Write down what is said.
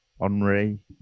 Henri